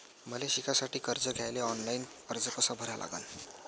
मले शिकासाठी कर्ज घ्याले ऑनलाईन अर्ज कसा भरा लागन?